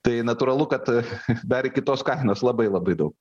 tai natūralu kad dar iki tos kainos labai labai daug